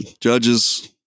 Judges